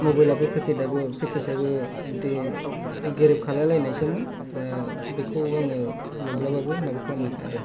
मबाइलाबो फेकेटाबो फेकेजाबो गेरेब खालाम लायखानायसोमोन आरो बेखौ आङो माब्लाबाबो माबा खालामनो हाया आरो